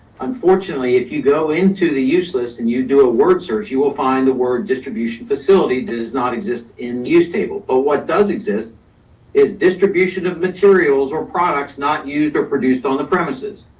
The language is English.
unfortunately, if you go into the use list and you do a word search, you will find the word distribution facility does not exist in use table. but what does exist is distribution of materials or products not used or produced on the premises.